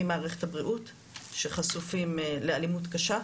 מערכת הבריאות שחשופים לאלימות קשה